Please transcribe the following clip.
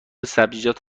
سبزیجات